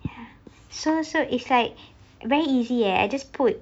ya so so it's like very easy leh I just put